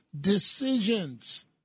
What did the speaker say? decisions